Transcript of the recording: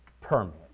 permanent